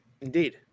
Indeed